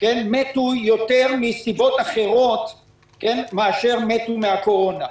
מתו יותר מסיבות אחרות מאשר מתו מהקורונה.